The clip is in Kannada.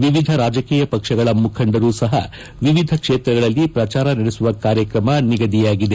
ವಿವಿಧ ರಾಜಕೀಯ ಪಕ್ಷಗಳ ಮುಖಂಡರು ಸಹ ವಿವಿಧ ಕ್ಷೇತ್ರಗಳಲ್ಲಿ ಪ್ರಜಾರ ನಡೆಸುವ ಕಾರ್ಯಕ್ರಮ ನಿಗದಿಯಾಗಿದೆ